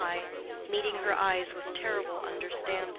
meeting her eyes with terrible understanding.